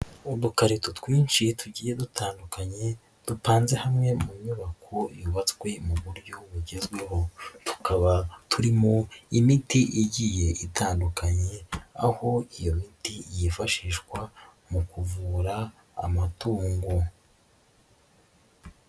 Udukarito twinshi tugiye dutandukanye dupanze hamwe mu nyubako yubatswe mu buryo bugezweho, tukaba turimo imiti igiye itandukanye aho iyo miti yifashishwa mu kuvura amatungo.